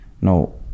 no